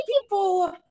people